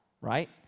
right